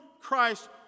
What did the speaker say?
Christ